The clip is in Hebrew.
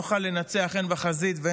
בו,